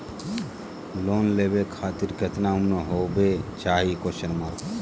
Loan लेवे खातिर केतना उम्र होवे चाही?